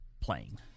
playing